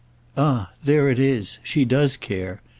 ah there it is. she does care.